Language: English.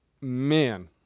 man